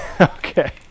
Okay